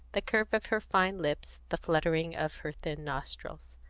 the curves of her fine lips, the fluttering of her thin nostrils.